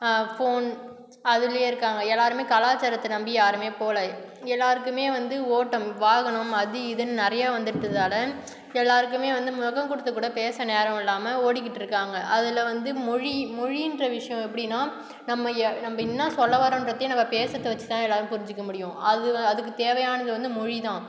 phone அதுலேயே இருக்காங்க எல்லாருமே கலாச்சாரத்தை நம்பி யாருமே போகல எல்லாருக்குமே வந்து ஓட்டம் வாகனம் அது இதுன்னு நிறையா வந்துட்டதுனால் எல்லாருக்குமே வந்து முகம் கொடுத்து கூட பேச நேரம் இல்லாமல் ஓடிக்கிட்டு இருக்காங்க அதில் வந்து மொழி மொழின்ற விஷயம் எப்படின்னா நம்ம நம்ம என்ன சொல்ல வரோன்றதையும் நம்ம பேசுறதை வச்சு தான் எல்லாரும் புரிஞ்சிக்க முடியும் அது அதுக்கு தேவையானது வந்து மொழி தான்